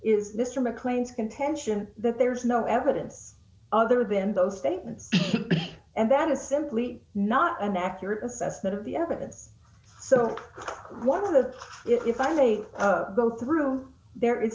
is mr mclean's contention that there's no evidence other than those statements and that is simply not an accurate assessment of the evidence so one of the if i may go through there it